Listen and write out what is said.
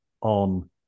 on